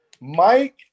Mike